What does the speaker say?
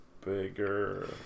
Bigger